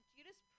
Judas